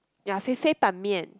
ya 肥肥板面